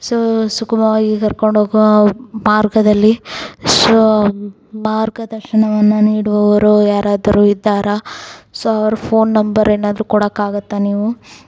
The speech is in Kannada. ಸೊ ಸುಗಮವಾಗಿ ಕರ್ಕೊಂಡೋಗೋ ಮಾರ್ಗದಲ್ಲಿ ಸೊ ಮಾರ್ಗದರ್ಶನವನ್ನು ನೀಡುವವರು ಯಾರಾದರೂ ಇದ್ದಾರ ಸೊ ಅವರ ಫೋನ್ ನಂಬರ್ ಏನಾದರೂ ಕೊಡೋಕ್ಕಾಗತ್ತ ನೀವು